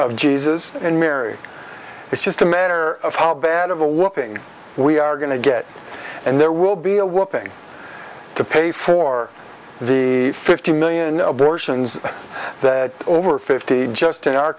of jesus and mary it's just a matter of how bad of a looking we are going to get and there will be a working to pay for the fifty million abortions that over fifty just in our